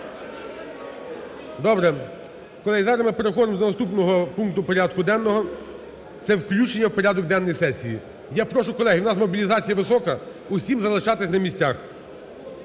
Добре. Колеги, зараз ми переходимо до наступного пункту порядку денного – це включення в порядок денний сесії. Я прошу, колеги, в нас мобілізація висока, усім залишатися на місцях.